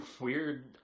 weird